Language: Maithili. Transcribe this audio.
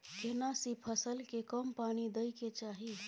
केना सी फसल के कम पानी दैय के चाही?